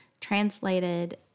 translated